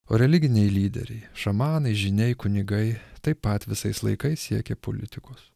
o religiniai lyderiai šamanai žyniai kunigai taip pat visais laikais siekė politikos